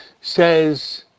Says